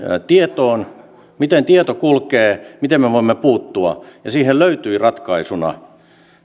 tietoon miten tieto kulkee miten me me voimme puuttua ja siihen löytyi ratkaisuna